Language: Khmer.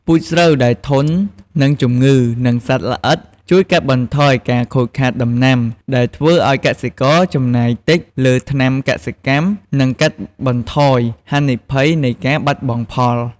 ពូជស្រូវដែលធន់នឹងជំងឺ និងសត្វល្អិត ជួយកាត់បន្ថយការខូចខាតដំណាំ ដែលធ្វើឱ្យកសិករចំណាយតិចលើថ្នាំកសិកម្ម និងកាត់បន្ថយហានិភ័យនៃការបាត់បង់ផល។